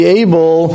able